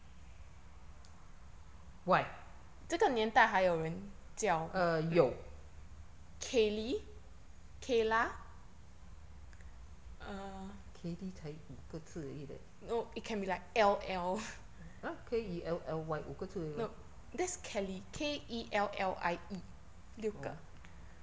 y err 有 kelly 才五个字而已 leh ah K E L L Y 五个字而已嘛哦:wu ge zi er yi mao